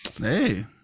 hey